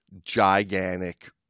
gigantic